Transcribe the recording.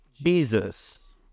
Jesus